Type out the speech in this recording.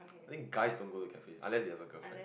I think guys don't go to cafes unless they have a girlfriend